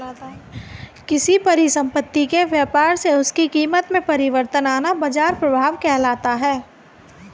किसी परिसंपत्ति के व्यापार से उसकी कीमत में परिवर्तन आना बाजार प्रभाव कहलाता है